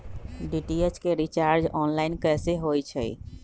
DTH के recharge online कैसे होईछई?